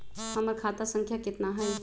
हमर खाता संख्या केतना हई?